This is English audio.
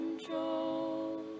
control